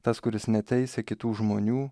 tas kuris neteisia kitų žmonių